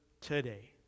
today